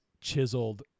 chiseled